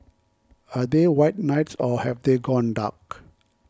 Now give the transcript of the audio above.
are they white knights or have they gone dark